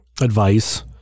advice